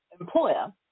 employer